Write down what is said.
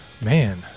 man